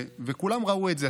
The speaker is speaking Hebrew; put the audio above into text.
וכולם ראו את זה.